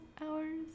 hours